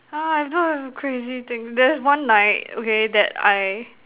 !huh! I don't have crazy things there's one night okay that I